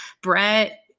Brett